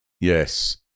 yes